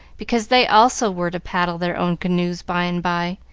because they also were to paddle their own canoes by and by,